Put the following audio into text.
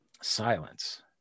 silence